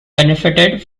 benefited